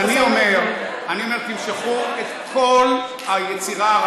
אתה עמדת פה והבטחת לי שזה לא